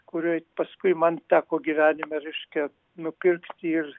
kurioj paskui man teko gyvenime reiškia nupirkti ir